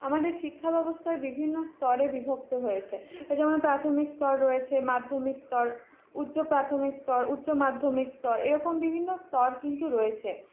আমাদের শিক্ষা ব্যবস্থার বিভিন্ন স্তরে বিভক্ত হয়েছে যেমন প্রাথমিক স্তর রয়েছে মাধ্যমিক স্তর উচ্চ প্রাথমিক স্তর উচ্চমাধ্যমিক স্তর এরকম বিভিন্ন স্তর কিন্তু রয়েছে